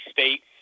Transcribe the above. State